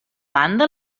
banda